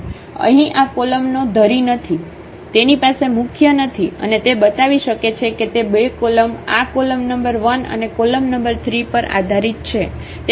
અહીં આ કોલમ નો ધરી નથી તેની પાસે મુખ્ય નથી અને તે બતાવી શકે છે કે તે બે કોલમ આ કોલમ નંબર 1 અને કોલમ નંબર 3 પર આધારિત છે